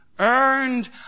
Earned